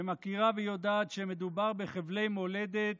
שמכירה ויודעת שמדובר בחבלי מולדת